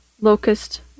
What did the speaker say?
locust